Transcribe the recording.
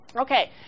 Okay